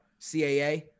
CAA